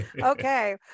okay